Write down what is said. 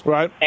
Right